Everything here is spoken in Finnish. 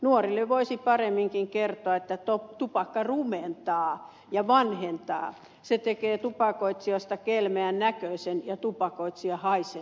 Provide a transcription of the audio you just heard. nuorille voisi paremminkin kertoa että tupakointi rumentaa ja vanhentaa se tekee tupakoitsijasta kelmeän näköisen ja tupakoitsija haisee pahalle